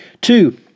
Two